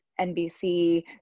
NBC